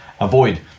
avoid